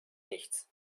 nichts